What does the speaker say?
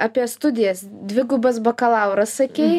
apie studijas dvigubas bakalauras sakei